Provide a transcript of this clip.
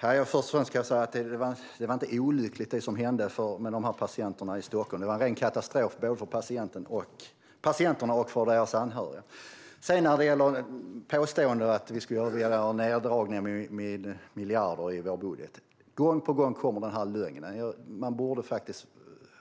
Herr talman! Först och främst ska jag säga att det som hände med patienterna i Stockholm inte var olyckligt. Det var en ren katastrof både för patienterna och för deras anhöriga. Det görs påståenden om att vi vill göra neddragningar med miljarder i vår budget. Gång på gång kommer den lögnen. Man borde